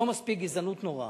לא מספיק גזענות נוראה.